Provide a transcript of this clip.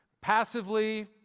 passively